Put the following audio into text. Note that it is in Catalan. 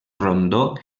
rondó